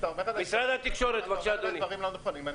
אבל אתה אומר עליי הרבה דברים לא נכונים ואני